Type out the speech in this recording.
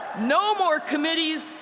no more committees.